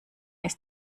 ist